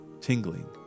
tingling